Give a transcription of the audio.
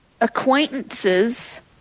acquaintances